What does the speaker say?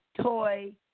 toy